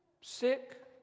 Sick